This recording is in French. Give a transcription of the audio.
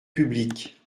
publique